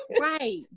Right